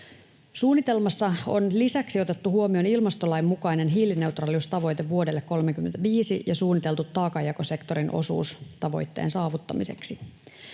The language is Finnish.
Suunnitelmassa on lisäksi otettu huomioon ilmastolain mukainen hiilineutraaliustavoite vuodelle 35 ja suunniteltu taakanjakosektorin osuus tavoitteen saavuttamiseksi.